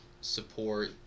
support